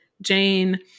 Jane